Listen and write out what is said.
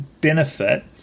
benefit